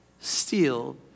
steal